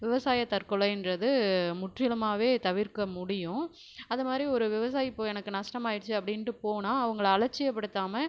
விவசாய தற்கொலைன்றது முற்றிலுமாகவே தவிர்க்க முடியும் அதை மாதிரி ஒரு விவசாயி இப்போ எனக்கு நஷ்டமாயிடுச்சி அப்படின்ட்டு போனால் அவங்கள அலட்சியப்படுத்தமால்